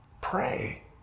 pray